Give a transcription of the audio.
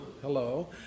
hello